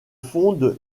fondent